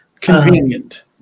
convenient